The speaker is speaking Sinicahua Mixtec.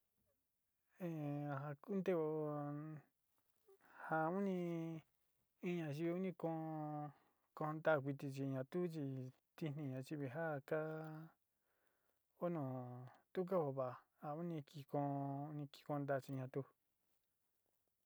Hee naján kundeó kón nján uní, iin yanuu nii kón konda kuichi kii na'a kuchí iin ña'a xhinikatá, ono tuu kauu va'a ha oni kikón, oni kikón ndá xhinatun.